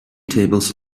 tables